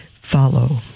follow